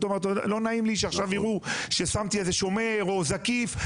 אז אתה אומר: לא נעים לי שעכשיו יראו ששמתי איזה שומר או זקיף,